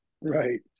Right